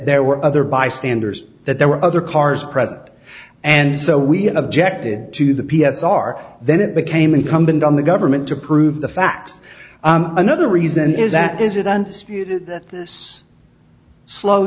there were other bystanders that there were other cars present and so we objected to the p s r then it became incumbent on the government to prove the facts another reason is that is it and this slow